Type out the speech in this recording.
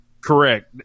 correct